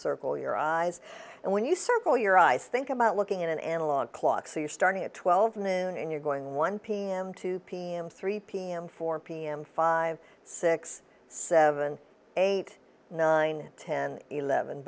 circle your eyes and when you circle your eyes think about looking in an analog clock so you're starting at twelve noon and you're going one pm two pm three pm four pm five six seven eight nine ten eleven